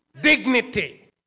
Dignity